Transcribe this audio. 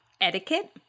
etiquette